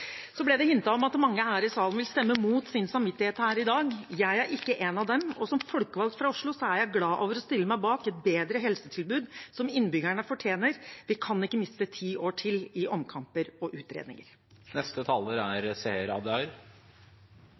Så ble det hintet om at mange her i salen vil stemme imot sin samvittighet her i dag. Jeg er ikke en av dem, og som folkevalgt fra Oslo er jeg glad for å stille meg bak et bedre helsetilbud, som innbyggerne fortjener. Vi kan ikke miste ti år til i omkamper og